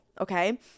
Okay